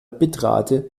bitrate